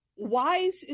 wise